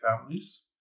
families